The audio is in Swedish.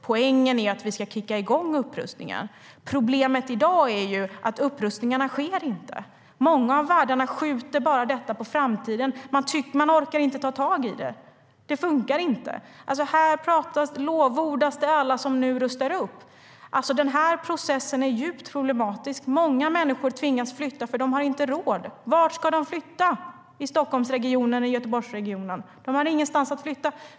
Poängen är ju att vi ska kicka igång upprustningen. Problemet i dag är att upprustningarna inte sker. Många av värdarna skjuter bara detta på framtiden. Man orkar inte ta tag i det. Det funkar inte. Här lovordas alla som nu rustar upp, men processen är djupt problematisk. Många människor tvingas flytta för att de inte har råd. Vart ska de flytta i Stockholms eller Göteborgsregionen? De har ingenstans att flytta.